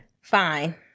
Fine